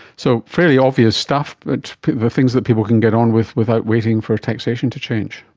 so, fairly obvious stuff, the things that people can get on with without waiting for taxation to change.